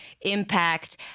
impact